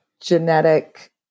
genetic